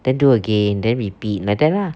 then do again then repeat like that lah